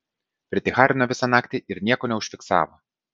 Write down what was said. praticharino visą naktį ir nieko neužfiksavo